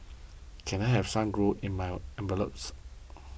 can I have some glue in my envelopes